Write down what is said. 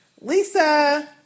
Lisa